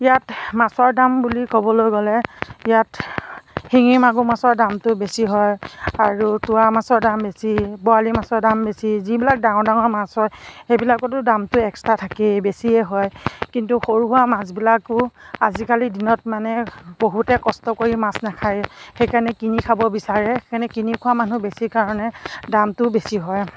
ইয়াত মাছৰ দাম বুলি ক'বলৈ গ'লে ইয়াত শিঙি মাগুৰ মাছৰ দামটো বেছি হয় আৰু তোৰা মাছৰ দাম বেছি বৰালি মাছৰ দাম বেছি যিবিলাক ডাঙৰ ডাঙৰ মাছ হয় সেইবিলাকৰটো দামটো এক্স ষ্ট্ৰা থাকেই বেছিয়েই হয় কিন্তু সৰু সুৰা মাছবিলাকো আজিকালি দিনত মানে বহুতে কষ্ট কৰি মাছ নেখায় সেইকাৰণে কিনি খাব বিচাৰে সেইকাৰণে কিনি খোৱা মানুহ বেছি কাৰণে দামটো বেছি হয়